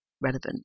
relevant